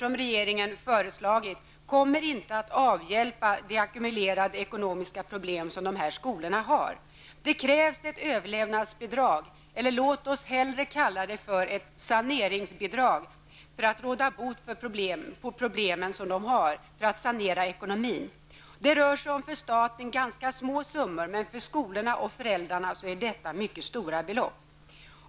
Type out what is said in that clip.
som regeringen har föreslagit kommer inte att avhjälpa de ackumulerade ekonomiska problem som dessa skolor har. Det krävs ett överlevnadsbidrag -- eller låt oss hellre kalla det ett saneringsbidrag -- för att råda bot på problemen, för att sanera ekonomin. Det rör sig om för staten ganska små summor, men för skolorna och föräldrarna är detta mycket stora belopp.